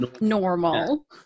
normal